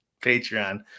Patreon